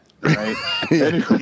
right